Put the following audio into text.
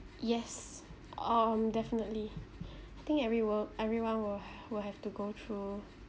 yes um definitely I think everyone everyone will ha~ will have to go through